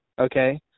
okay